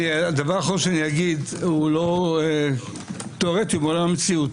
הדבר האחרון שאני אגיד הוא לא תיאורטי מול המציאות.